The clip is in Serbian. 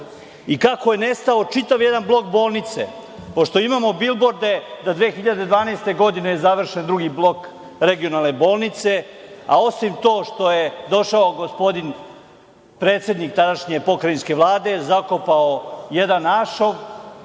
i kako je nestao jedan čitav blok bolnice. Pošto imamo bilborde, da je 2012. godine završen drugi blok regionalne bolnice, a osim to što je došao gospodin predsednik tadašnje pokrajinske Vlade, zakopao jedan ašov,